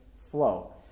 flow